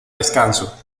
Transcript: descanso